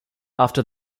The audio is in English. after